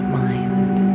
mind